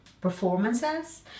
performances